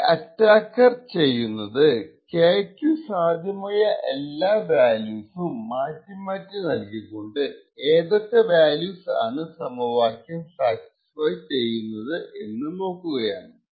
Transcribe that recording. ഇവിടെ അറ്റാക്കർ ചെയ്യുന്നത് k ക്കു സാധ്യമായ എല്ലാ വാല്യൂസ് മാറ്റി മാറ്റി നൽകിക്കൊണ്ട് ഏതൊക്കെ വാല്യൂസ് ആണ് സമവാക്യം സാറ്റിസ്ഫൈ ആകുന്നത് എന്നു നോക്കുകയാണ്